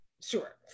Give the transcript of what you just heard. sure